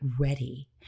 ready